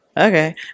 okay